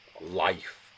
life